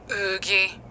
Oogie